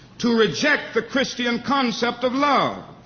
to reject the christian concept of love.